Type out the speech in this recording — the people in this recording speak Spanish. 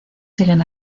siguen